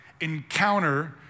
encounter